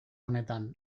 honetan